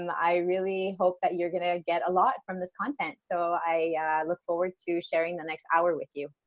and i really hope that you're going to get a lot from this content, so i look forward to sharing the next hour with you.